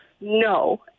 no